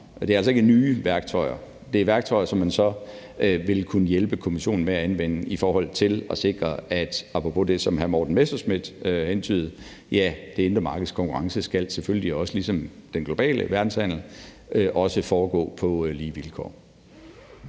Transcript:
det er altså ikke nye værktøjer. Det er værktøjer, som man så vil kunne hjælpe Kommissionen med at anvende i forhold til at sikre – apropos det, som hr. Morten Messerschmidt hentydede til – at det indre markeds konkurrence selvfølgelig ligesom den globale verdenshandel foregår på lige vilkår,